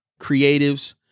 creatives